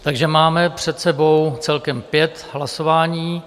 Takže máme před sebou celkem pět hlasování.